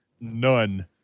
None